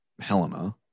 helena